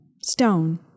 stone